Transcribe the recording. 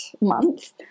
month